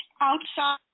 outside